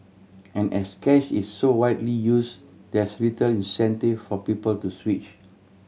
and as cash is so widely used there's little incentive for people to switch